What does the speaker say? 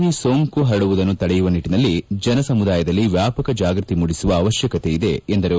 V ಸೋಂಕು ಪರಡುವುದನ್ನು ತಡೆಯುವ ನಿಟ್ಟಿನಲ್ಲಿ ಜನಸಮುದಾಯದಲ್ಲಿ ವ್ಯಾಪಕ ಜಾಗೃತಿ ಮೂಡಿಸುವ ಅವಶ್ಯಕತೆ ಇದೆ ಎಂದರು